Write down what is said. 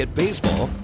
baseball